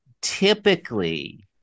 typically